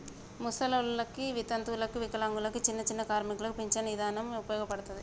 ముసలోల్లకి, వితంతువులకు, వికలాంగులకు, చిన్నచిన్న కార్మికులకు పించను ఇదానం ఉపయోగపడతది